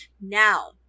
Now